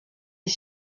est